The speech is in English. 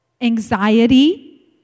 anxiety